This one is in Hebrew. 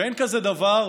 ואין כזה דבר,